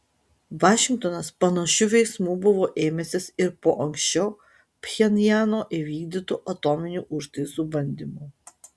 vašingtonas panašių veiksmų buvo ėmęsis ir po anksčiau pchenjano įvykdytų atominių užtaisų bandymų